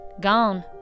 gone